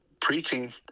preaching